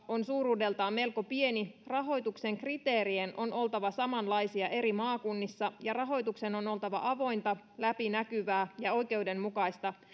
on suuruudeltaan melko pieni rahoituksen kriteerien on oltava samanlaisia eri maakunnissa ja rahoituksen on oltava avointa läpinäkyvää ja oikeudenmukaista